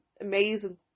amazing